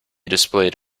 displayed